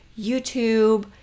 YouTube